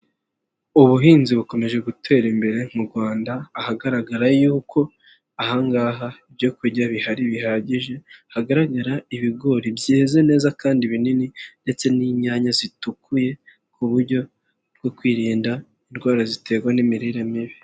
Ubuhinzi bukomeje gutera imbere mu Rwanda, ahagaragara yuko ahangaha ibyo kurya bihari bihagije, hagaragara ibigori byeze neza kandi binini ndetse n'inyanya zitukuye mu buryo bwo kwirinda indwara ziterwa n'imirire mibi.